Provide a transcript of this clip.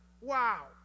Wow